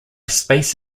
space